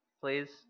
please